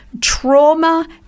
trauma